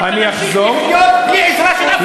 אמרת: נמשיך לחיות בלי עזרה של אף אחד.